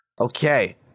Okay